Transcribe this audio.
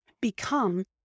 become